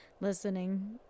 listening